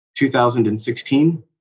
2016